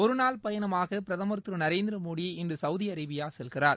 ஒரு நாள் பயணமாக பிரதமர் திரு நரேந்திரமோடி இன்று சவுதி அரேபியா செல்கிறார்